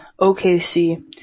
OKC